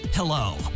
Hello